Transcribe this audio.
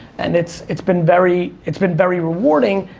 and it's it's been very, it's been very rewarding,